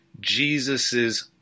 Jesus's